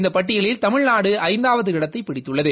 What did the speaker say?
இந்த பட்டியலில் தமிழ்நாடு ஐந்தாவது இடத்தை பிடித்துள்ளது